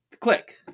click